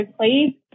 please